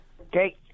Okay